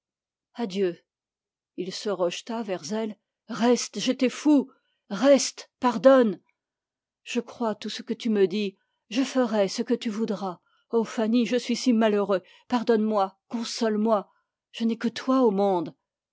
adieu il se rejeta vers elle reste j'étais fou je crois tout ce que tu me dis je ferai ce que tu voudras oh fanny je suis si malheureux pardonne-moi console moi je n'ai que toi au monde